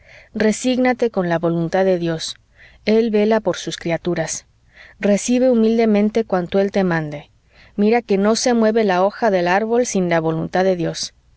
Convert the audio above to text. resígnate con la voluntad de dios el vela por sus criaturas recibe humildemente cuanto él te mande mira que no se mueve la hoja del árbol sin la voluntad de dios